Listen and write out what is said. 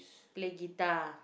play guitar